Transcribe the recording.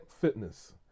Fitness